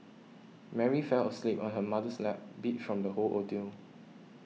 Mary fell asleep on her mother's lap beat from the whole ordeal